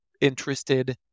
interested